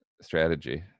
strategy